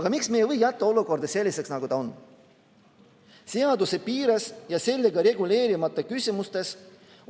Aga miks me ei või jätta olukorda selliseks, nagu ta on? Seaduse piires ja sellega reguleerimata küsimustes